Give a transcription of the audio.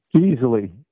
Easily